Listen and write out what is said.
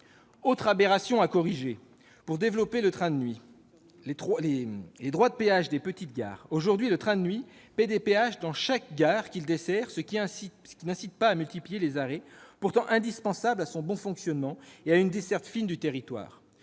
autre aberration doit être corrigée pour développer le train de nuit : elle concerne les droits de péage des petites gares. Aujourd'hui, le train de nuit paie des péages dans chaque gare qu'il dessert. Cette situation n'incite pas à multiplier les arrêts, lesquels sont pourtant indispensables à son bon fonctionnement et à une desserte fine du territoire.